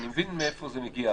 אני מבין מאיפה זה מגיע,